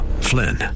Flynn